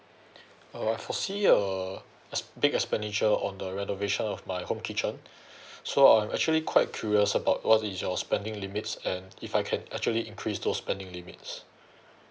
uh I foresee a s~ big expenditure on the renovation of my home kitchen so I'm actually quite curious about what is your spending limits and if I can actually increase those spending limits